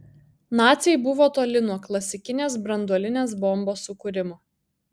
naciai buvo toli nuo klasikinės branduolinės bombos sukūrimo